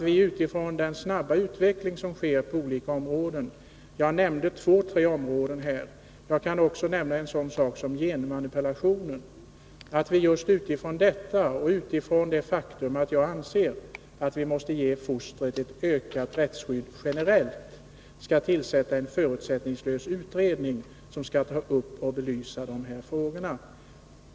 Med tanke på den snabba utveckling som sker — jag nämnde två tre områden och jag kan också nämna en sådan sak som genmanipulationen — och utifrån den uppfattning jag har att vi måste ge fostret ett generellt ökat rättsskydd bör det tillsättas en förutsättningslös utredning som kan belysa de här frågorna.